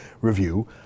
review